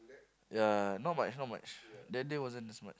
ya not much not much that day wasn't this much